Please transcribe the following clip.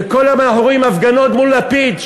וכל יום אנחנו רואים הפגנות מול לפיד,